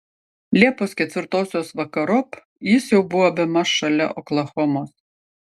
liepos ketvirtosios vakarop jis jau buvo bemaž šalia oklahomos